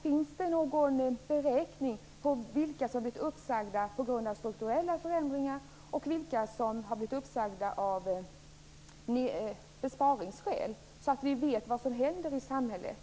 Finns det någon beräkning av vilka som blivit uppsagda på grund av strukturella förändringar och vilka som blivit det av besparingsskäl, så att vi vet vad som händer i samhället?